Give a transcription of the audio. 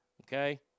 Okay